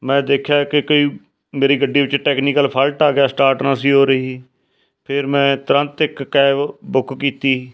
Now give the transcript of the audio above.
ਮੈਂ ਦੇਖਿਆ ਕਿ ਕਈ ਮੇਰੀ ਗੱਡੀ ਵਿੱਚ ਟੈਕਨੀਕਲ ਫਲਟ ਆ ਗਿਆ ਸਟਾਰਟ ਨਹੀਂ ਸੀ ਹੋ ਰਹੀ ਫਿਰ ਮੈਂ ਤੁਰੰਤ ਇੱਕ ਕੈਬ ਬੁੱਕ ਕੀਤੀ